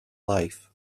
life